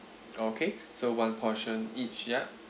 okay so one portion each yeah